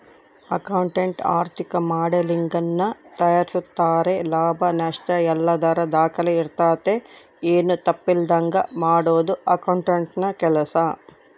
accountant ಆರ್ಥಿಕ ಮಾಡೆಲಿಂಗನ್ನ ತಯಾರಿಸ್ತಾರೆ ಲಾಭ ನಷ್ಟಯಲ್ಲದರ ದಾಖಲೆ ಇರ್ತತೆ, ಏನು ತಪ್ಪಿಲ್ಲದಂಗ ಮಾಡದು ಅಕೌಂಟೆಂಟ್ನ ಕೆಲ್ಸ